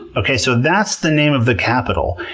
okay, so that's the name of the capital.